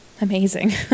amazing